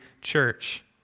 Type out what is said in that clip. church